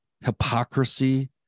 hypocrisy